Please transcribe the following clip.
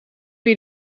wie